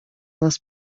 nas